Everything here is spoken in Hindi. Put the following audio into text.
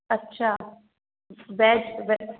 अच्छा वेज वेज